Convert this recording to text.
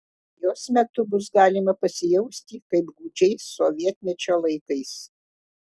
jos metu bus galima pasijausti kaip gūdžiais sovietmečio laikais